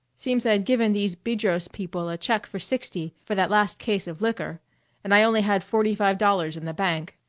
seems i'd given these bedros people a check for sixty for that last case of liquor and i only had forty-five dollars in the bank.